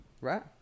right